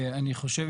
אני חושב,